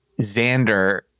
Xander